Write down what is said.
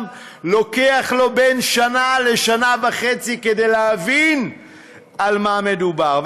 לוקח לו בין שנה לשנה וחצי כדי להבין על מה מדובר.